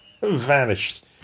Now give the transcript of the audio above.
Vanished